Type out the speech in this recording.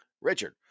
Richard